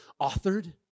authored